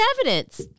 evidence